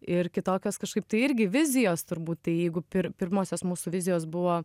ir kitokios kažkaip tai irgi vizijos turbūt tai jeigu pir pirmosios mūsų vizijos buvo